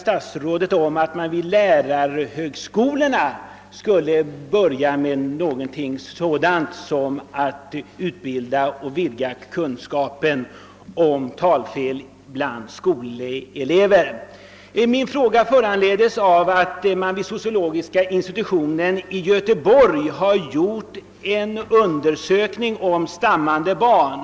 I statsrådets svar sägs att man vid lärarhögskolorna skall utvidga kunskaperna om talfel bland skolelever. Min fråga föranleddes av att forskningsassistent Lisa Granér vid sociologiska institutionen i Göteborg gjort en undersökning om stammande barn.